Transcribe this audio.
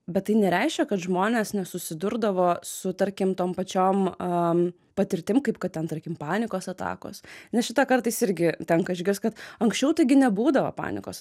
bet tai nereiškia kad žmonės nesusidurdavo su tarkim tom pačiom a patirtim kaip kad ten tarkim panikos atakos nes šitą kartais irgi tenka išgirst kad anksčiau taigi nebūdavo panikos